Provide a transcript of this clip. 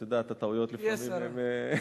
ובכל זאת, עד כמה שזכור לי, ימיהם היו מלאים.